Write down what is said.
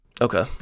Okay